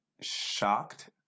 shocked